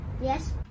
Yes